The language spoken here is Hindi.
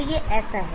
तो यह ऐसा है